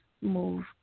move